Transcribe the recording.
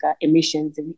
emissions